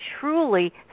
truly